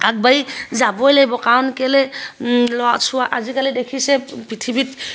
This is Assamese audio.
আগবাঢ়ি যাবই লাগিব কাৰণ কেলৈ ল'ৰা ছোৱা আজিকালি দেখিছে পৃথিৱীত